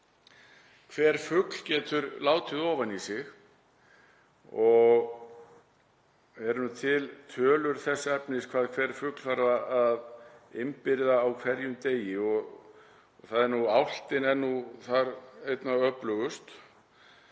hver fugl getur látið ofan í sig og eru til tölur þess efnis hvað hver fugl þarf að innbyrða á hverjum degi. Þar er nú álftin einna öflugust